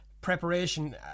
preparation